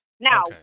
Now